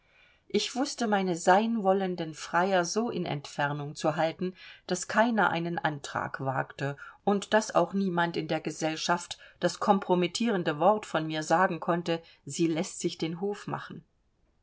ich wußte meine seinwollenden freier so in entfernung zu halten daß keiner einen antrag wagte und daß auch niemand in der gesellschaft das kompromittierende wort von mir sagen konnte sie läßt sich den hof machen